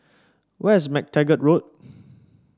where is MacTaggart Road